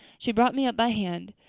she brought me up by hand.